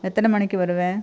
எத்தனை மணிக்கு வருவ